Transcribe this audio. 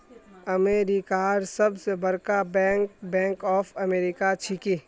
अमेरिकार सबस बरका बैंक बैंक ऑफ अमेरिका छिके